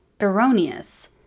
erroneous